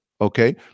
okay